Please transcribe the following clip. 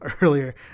Earlier